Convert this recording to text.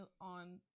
on